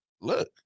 Look